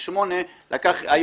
ב-20:00, היה